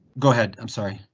go ahead. i'm sorry.